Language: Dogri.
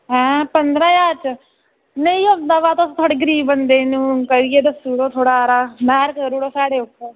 हैं पंदरां ज्हार च नेईं होंदा तां थोह्ड़े गरीब बंदे नूं करियै ते चलो थोह्ड़ा हारा साढ़े आस्तै